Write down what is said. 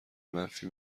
منفی